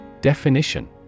Definition